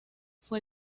fue